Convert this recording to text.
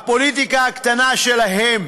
הפוליטיקה הקטנה שלהם,